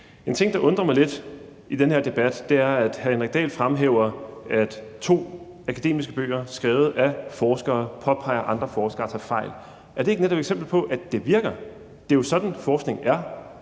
En ting, der undrer mig lidt i den her debat, er, at hr. Henrik Dahl fremhæver, at to akademiske bøger skrevet af forskere påpeger, at andre forskere tager fejl, for er det netop ikke et eksempel på, at det virker? Det er jo sådan, forskning er.